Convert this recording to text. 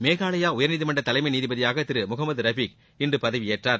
மேகாலயா உயர்நீதிமன்ற தலைமை நீதிபதியாக திரு முகம்மது ரபீக் இன்று பதவியேற்றார்